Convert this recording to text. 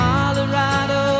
Colorado